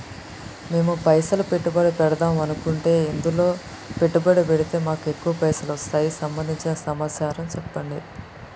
మేము పైసలు పెట్టుబడి పెడదాం అనుకుంటే ఎందులో పెట్టుబడి పెడితే మాకు ఎక్కువ పైసలు వస్తాయి సంబంధించిన సమాచారం చెప్పండి?